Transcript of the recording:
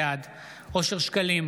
בעד אושר שקלים,